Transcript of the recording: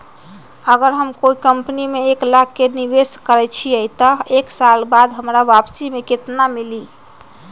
अगर हम कोई कंपनी में एक लाख के निवेस करईछी त एक साल बाद हमरा वापसी में केतना मिली?